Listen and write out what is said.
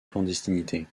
clandestinité